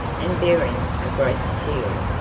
and bearing a great seal.